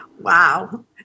Wow